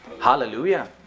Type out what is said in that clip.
hallelujah